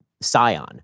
scion